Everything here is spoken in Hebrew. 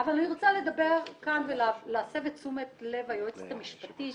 אבל אני רוצה לדבר כאן ולהסב את תשומת לב היועצת המשפטית,